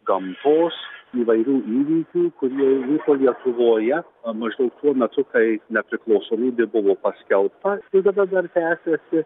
gamtos įvairių įvykių kurie vyko lietuvoje maždaug tuo metu kai nepriklausomybė buvo paskelbta ir tada dar tęsėsi